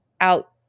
out